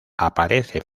aparece